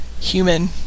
human